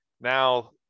now